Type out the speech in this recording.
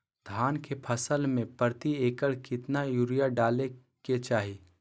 धान के फसल में प्रति एकड़ कितना यूरिया डाले के चाहि?